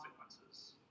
consequences